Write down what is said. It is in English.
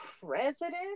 president